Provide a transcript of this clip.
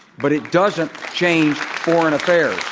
but it doesn't change foreign affairs.